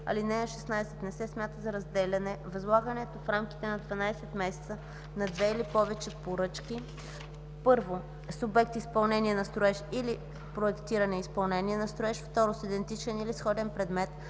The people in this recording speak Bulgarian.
(16) Не се смята за разделяне възлагането в рамките на 12 месеца на две или повече поръчки: 1. с обект изпълнение на строеж или проектиране и изпълнение на строеж; 2. с идентичен или сходен предмет,